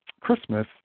Christmas